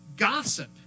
Gossip